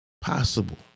possible